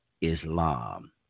Islam